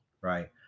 Right